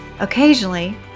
Occasionally